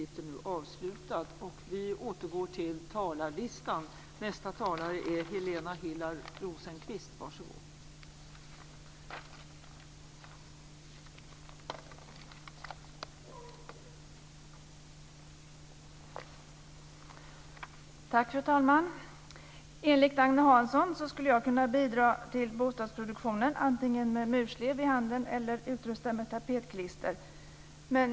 Fru talman! Enligt Agne Hansson skulle jag kunna bidra till bostadsproduktionen antingen med murslev i handen eller utrustad med tapetklister.